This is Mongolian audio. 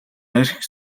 архи